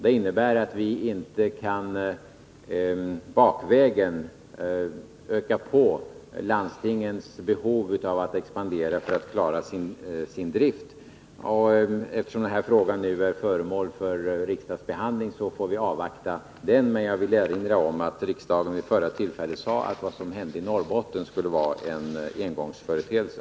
Det innebär att viinte bakvägen kan öka på landstingens behov av att expandera för att klara sin drift. Eftersom den här frågan nu är föremål för riksdagsbehandling får vi avvakta den. Men jag vill erinra om att riksdagen vid förra tillfället sade att vad som hände i Norrbotten skulle vara en engångsföreteelse.